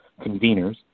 conveners